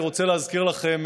אני רוצה להזכיר לכם,